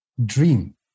Dream